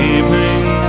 evening